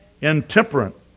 intemperate